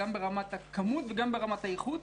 גם ברמת הכמות וגם ברמת האיכות.